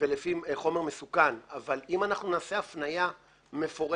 ולפי חומר מסוכן אבל אם אנחנו נעשה הפנייה מפורטת,